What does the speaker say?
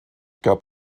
gab